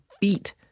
feet